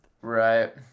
Right